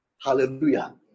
Hallelujah